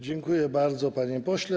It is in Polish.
Dziękuję bardzo, panie pośle.